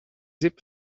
hip